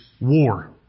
war